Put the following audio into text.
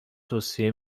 توصیه